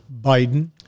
Biden